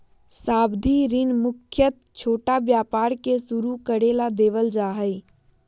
सावधि ऋण मुख्यत छोटा व्यापार के शुरू करे ला देवल जा हई